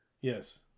Yes